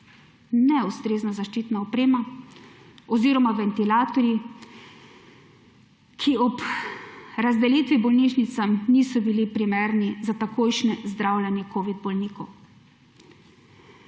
neustrezna zaščitna oprema oziroma ventilatorji, ki ob razdelitvi bolnišnicam niso bili primerni za takojšnje zdravljenje covidnih bolnikov.